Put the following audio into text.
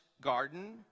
garden